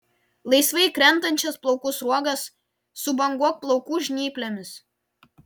laisvai krentančias plaukų sruogas subanguok plaukų žnyplėmis